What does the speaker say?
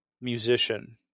musician